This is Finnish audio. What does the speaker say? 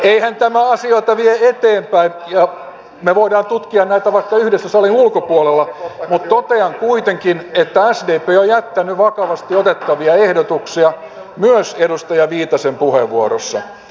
eihän tämä asioita vie eteenpäin ja me voimme tutkia näitä vaikka yhdessä salin ulkopuolella mutta totean kuitenkin että sdp on jättänyt vakavasti otettavia ehdotuksia myös edustaja viitasen puheenvuorossa